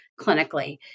clinically